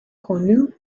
connu